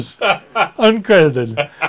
uncredited